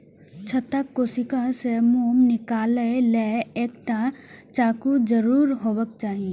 छत्ताक कोशिका सं मोम निकालै लेल एकटा चक्कू जरूर हेबाक चाही